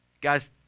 Guys